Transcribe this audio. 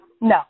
no